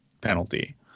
penalty